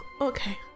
Okay